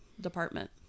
department